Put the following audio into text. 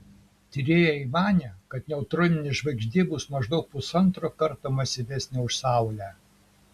tyrėjai manė kad neutroninė žvaigždė bus maždaug pusantro karto masyvesnė už saulę